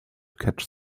catch